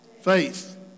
Faith